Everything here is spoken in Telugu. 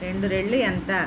రెండు రెళ్ళు ఎంత